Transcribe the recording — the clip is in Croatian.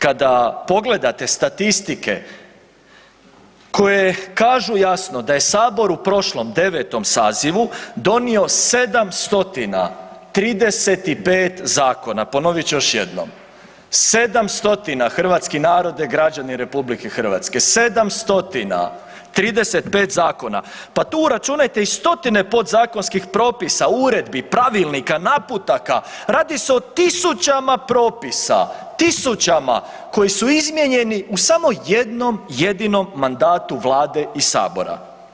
Kada pogledate statistike koje kažu jasno da je sabor u prošlom 9. sazivu donio 7 stotina 35 zakona, ponovit ću još jednom 7 stotina hrvatski narode i građani RH, 7 stotina 35 zakona, pa tu uračunajte i stotine podzakonskih propisa, uredbi, pravilnika, naputaka, radi se o tisućama propisa, tisućama koji su izmijenjeni samo u jednom jedinom mandatu vlade i sabora.